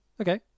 Okay